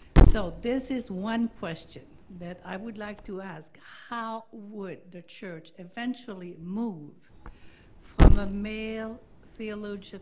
so this is one question that i would like to ask. how would the church eventually move from a male theological